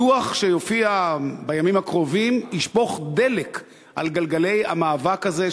הדוח שיופיע בימים הקרובים ישפוך דלק על גלגלי המאבק הזה,